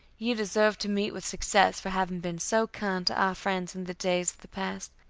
you deserve to meet with success for having been so kind to our friends in the days of the past.